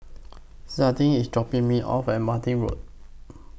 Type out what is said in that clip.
Zaiden IS dropping Me off At Martin Road